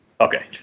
Okay